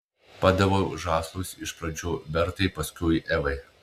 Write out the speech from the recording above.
padaviau žąslus iš pradžių bertai paskui evai